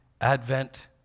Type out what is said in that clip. Advent